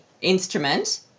instrument